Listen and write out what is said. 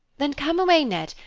then come away, ned,